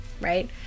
right